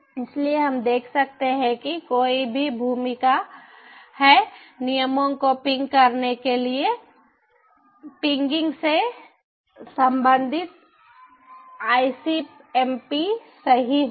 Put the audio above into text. इसलिए हम देख सकते हैं कि कोई भी भूमिका है नियमों को पिंग करने के लिए पिंगिंग से संबंधित आईसीएमपी सही होगा